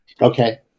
Okay